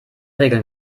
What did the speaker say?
regeln